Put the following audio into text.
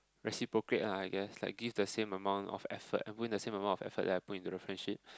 reciprocate ah I guess like give the same amount of effort and put in the same amount of effort that I put into the friendship